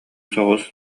соҕус